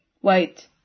White